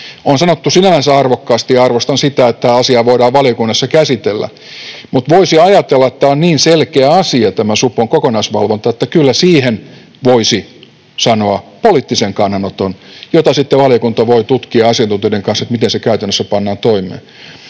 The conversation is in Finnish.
On sanottu sinällänsä arvokkaasti, ja arvostan sitä, että asiaa voidaan valiokunnassa käsitellä, mutta voisi ajatella, että tämä supon kokonaisvalvonta on niin selkeä asia, että kyllä siihen voisi sanoa poliittisen kannanoton ja sitten valiokunta voi tutkia asiantuntijoiden kanssa, miten se käytännössä pannaan toimeen.